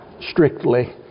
strictly